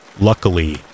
Luckily